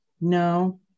No